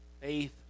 Faith